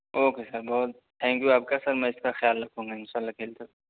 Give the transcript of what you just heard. okay sir بہت thank you آپ کا سر میں اس کا خیال رکھوں گا ان شاء اللہ کھیلتے وقت